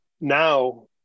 now